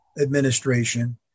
administration